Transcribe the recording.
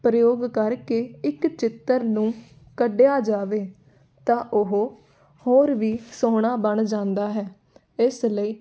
ਪ੍ਰਯੋਗ ਕਰਕੇ ਇੱਕ ਚਿੱਤਰ ਨੂੰ ਕੱਢਿਆ ਜਾਵੇ ਤਾਂ ਉਹ ਹੋਰ ਵੀ ਸੋਹਣਾ ਬਣ ਜਾਂਦਾ ਹੈ ਇਸ ਲਈ